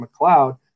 McLeod